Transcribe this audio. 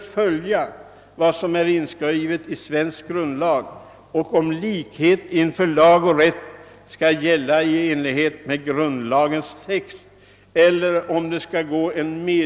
Jag kan vara överens med fru Nettelbrandt om detta.